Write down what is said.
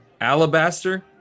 Alabaster